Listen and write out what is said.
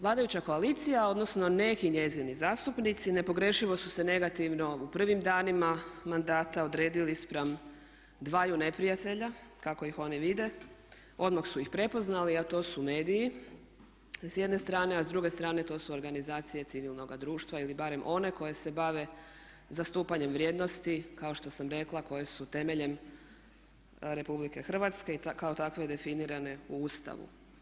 Vladajuća koalicija odnosno neki njezini zastupnici nepogrešivo su se negativno u prvim danima mandata odredili spram dvaju neprijatelja kako ih oni vide, odmah su ih prepoznali a to su mediji s jedne strane a s druge strane to su organizacije civilnoga društva ili barem one koje se bave zastupanjem vrijednosti kao što sam rekla koje su temeljem Republike Hrvatske i kao takve definirane u Ustavu.